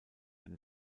eine